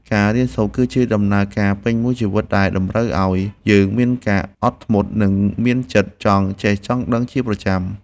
ការរៀនសូត្រ គឺជាដំណើរការពេញមួយជីវិតដែលតម្រូវឱ្យយើងមានការអត់ធ្មត់ និងមានចិត្តចង់ចេះចង់ដឹងជាប្រចាំ។